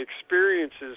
experiences